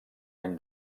any